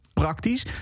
praktisch